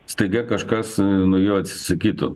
staiga kažkas nuo jo atsisakytų